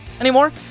anymore